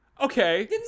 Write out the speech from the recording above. okay